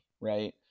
Right